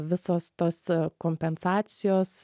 visos tos kompensacijos